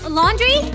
laundry